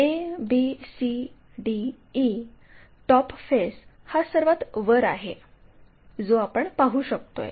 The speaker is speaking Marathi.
A B C D E top face हा सर्वात वर आहे जो आपण पाहू शकतो